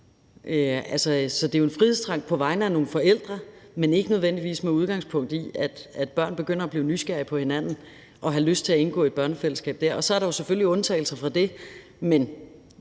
så det er altså en frihedstrang på vegne af nogle forældre, men ikke nødvendigvis med udgangspunkt i, at børn begynder at blive nysgerrige på hinanden og får lyst til at indgå i et børnefællesskab. Så er der selvfølgelig undtagelser fra det, men